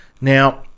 now